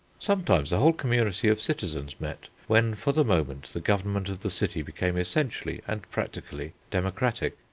sometimes the whole community of citizens met, when for the moment the government of the city became essentially and practically democratic.